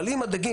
אבל אם הדגים,